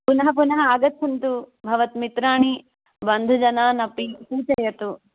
पुनः पुनः आगच्छन्तु भवत् मित्राणि वन्धुजनान् अपि सूचयतु